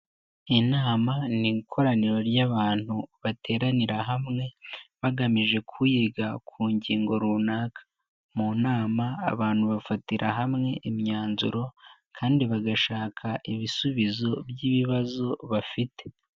Inama ni ikoraniro ry'abantu bateranira hamwe, bagamije kuyiga ku ngingo runaka. Mu nama abantu bafatira hamwe imyanzuro kandi bagashaka ibisubizo by'ibibazo bafite.